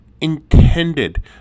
intended